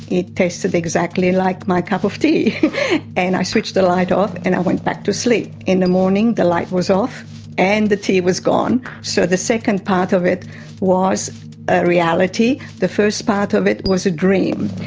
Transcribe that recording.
it tasted exactly like my cup of tea and i switched the light off and i went back to sleep. in the morning the light was off and the tea was gone, so the second part of it was a reality, the first part of it was a dream,